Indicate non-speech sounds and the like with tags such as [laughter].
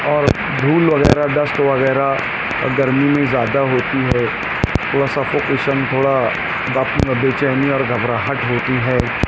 اور دھول وغیرہ ڈسٹ وغیرہ گرمی میں زیادہ ہوتی ہے تھوڑا سفوکیشن تھوڑا [unintelligible] بےچینی اور گھبراہٹ ہوتی ہے